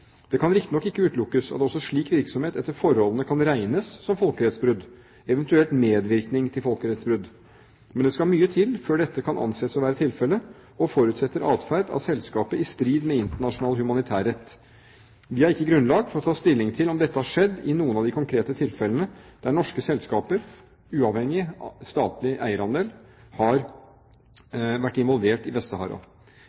Det kan riktignok ikke utelukkes at også slik virksomhet etter forholdene kan regnes som folkerettsbrudd, eventuelt medvirkning til folkerettsbrudd. Men det skal mye til før dette kan anses for å være tilfellet og forutsetter atferd av selskapet i strid med internasjonal humanitærrett. Vi har ikke grunnlag for å ta stilling til om dette har skjedd i noen av de konkrete tilfellene der norske selskaper, uavhengig av statlig eierandel, har